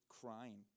crying